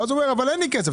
ואז הוא אומר שאין לו כסף,